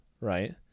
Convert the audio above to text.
right